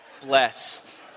blessed